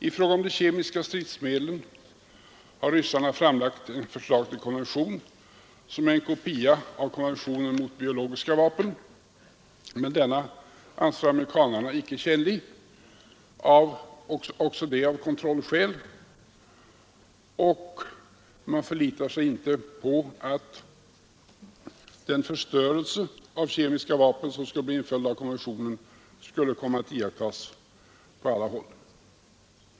I fråga om de kemiska stridsmedlen har ryssarna framlagt ett förslag till konvention som är en kopia av konventionen mot biologiska vapen, men denna anser amerikanerna icke tjänlig — också det av kontrollskäl — och man förlitar sig inte på att den förstörelse av kemiska vapen som skulle bli en följd av konventionen skulle komma att iakttas på alla håll.